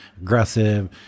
aggressive